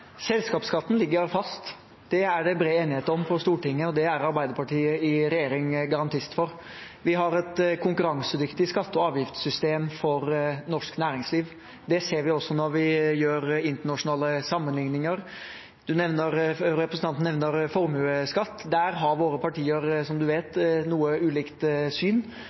Selskapsskatten ligger fast. Det er det bred enighet om på Stortinget, og det er Arbeiderpartiet i regjering en garantist for. Vi har et konkurransedyktig skatte- og avgiftssystem for norsk næringsliv. Det ser vi også når vi gjør internasjonale sammenlikninger. Representanten nevner formuesskatt. Der har våre partier, som han vet, noe ulikt syn.